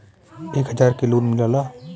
एक हजार के लोन मिलेला?